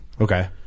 Okay